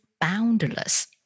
boundless